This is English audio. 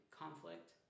conflict